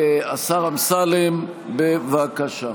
השר אמסלם, בבקשה.